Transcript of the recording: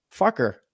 fucker